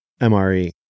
MRE